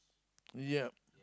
yup